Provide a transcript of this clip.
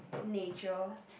nature